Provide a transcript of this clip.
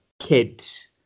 kids